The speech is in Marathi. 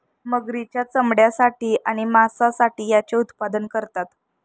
मगरींच्या चामड्यासाठी आणि मांसासाठी याचे उत्पादन करतात